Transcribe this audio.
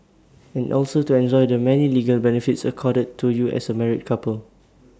and also to enjoy the many legal benefits accorded to you as A married couple